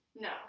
No